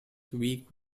weak